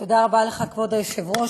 תודה רבה לך, כבוד היושב-ראש.